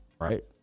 right